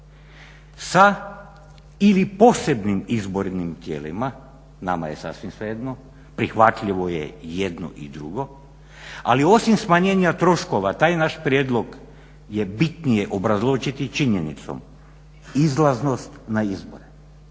sa ili posebnim izbornim tijelima, nama je sasvim svejedno, prihvatljivo je i jedno i drugo, ali osim smanjenja troškova taj naš prijedlog je bitnije obrazložiti činjenicu izlaznost na izbore.